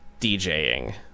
DJing